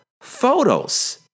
photos